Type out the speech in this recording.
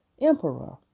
emperor